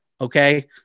okay